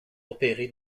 opéré